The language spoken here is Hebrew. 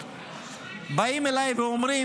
ואומרים: